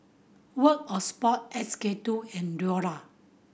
World of Sport S K Two and Iora